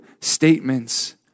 statements